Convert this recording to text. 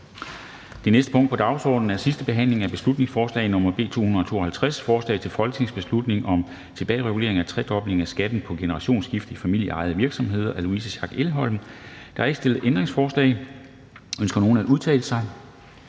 Det næste punkt på dagsordenen er: 28) 2. (sidste) behandling af beslutningsforslag nr. B 258: Forslag til folketingsbeslutning om tilbagerulning af tredoblingen af skatten på generationsskifte i familieejede virksomheder. Af Louise Schack Elholm (V) m.fl. (Fremsættelse